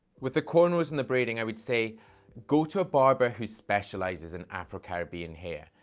with the cornrows and the braiding, i would say go to a barber who specialises in afro-caribbean hair.